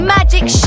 Magic